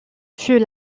fut